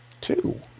two